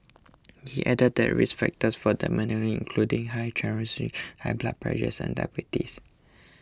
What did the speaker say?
he added that risk factors for dementia including high cholesterol high blood pressures and diabetes